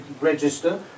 register